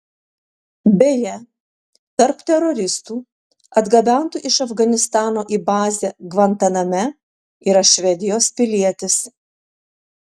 beje tarp teroristų atgabentų iš afganistano į bazę gvantaname yra švedijos pilietis